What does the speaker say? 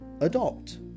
Adopt